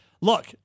Look